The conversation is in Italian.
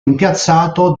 rimpiazzato